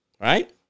right